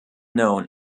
known